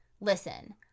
listen